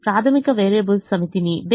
ప్రాథమిక వేరియబుల్స్ సమితిని బేసిస్ అంటారు